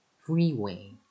Freeway